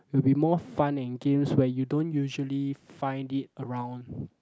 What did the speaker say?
will be more fun and games where you don't usually find it around